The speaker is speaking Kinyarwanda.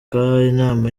inama